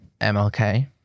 mlk